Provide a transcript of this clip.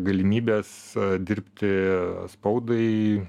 galimybes dirbti spaudai